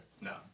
no